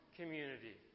community